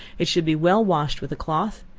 it should be well washed with a cloth,